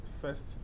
first